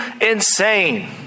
insane